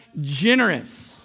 Generous